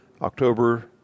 October